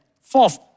Fourth